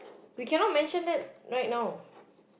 we cannot mention that right now